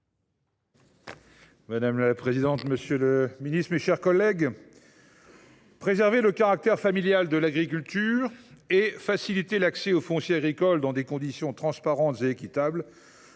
Madame la présidente, monsieur le ministre, mes chers collègues, « préserver le caractère familial de l’agriculture » et « facilite[r] l’accès au foncier agricole dans des conditions transparentes et équitables